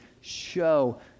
show